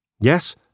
Yes